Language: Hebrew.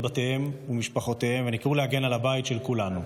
בתיהם ומשפחותיהם ונקראו להגן על הבית של כולנו.